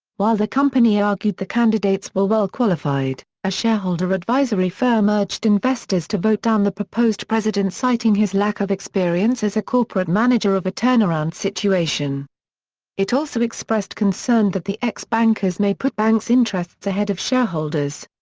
while the company argued the candidates were well-qualified, a shareholder advisory firm urged investors to vote down the proposed president citing his lack of experience as a corporate manager of a turnaround situation it also expressed concerned that the ex-bankers may put banks' interests ahead of shareholders'.